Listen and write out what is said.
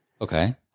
Okay